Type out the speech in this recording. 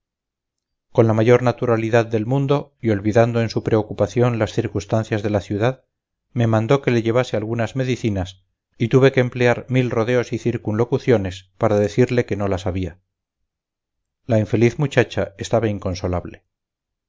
con la mayor naturalidad del mundo y olvidando en su preocupación las circunstancias de la ciudad me mandó que le llevase algunas medicinas y tuve que emplear mil rodeos y circunlocuciones para decirle que no las había la infeliz muchacha estaba inconsolable